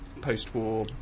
post-war